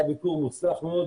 היה ביקור מוצלח מאוד.